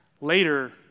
Later